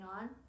on